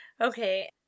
Okay